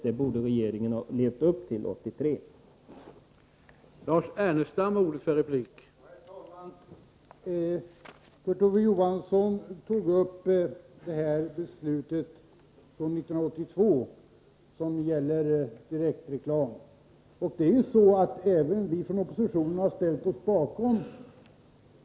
Det borde regeringen ha levt upp till 1983.